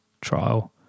trial